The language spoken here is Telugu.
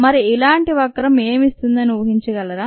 మరి ఇలాంటి వక్రం ఏం ఇస్తుందని ఊహించగలరా